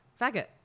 Faggot